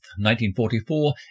1944